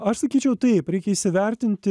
aš sakyčiau taip reikia įsivertinti